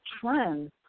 trends